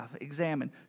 Examine